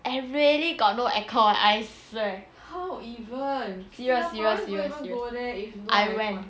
eh really got no air con I swear serious serious serious I went